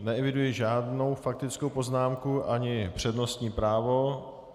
Neeviduji žádnou faktickou poznámku ani přednostní právo.